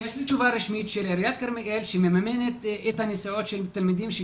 ויש לי תשובה רשמית של עיריית כרמיאל שממנת את הנסיעות של תלמידים.